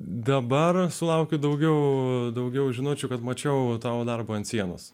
dabar sulaukiu daugiau daugiau žinučių kad mačiau tavo darbą ant sienos